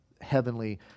heavenly